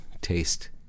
taste